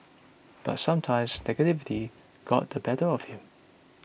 but sometimes negativity got the better of him